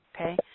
okay